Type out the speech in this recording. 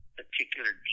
particular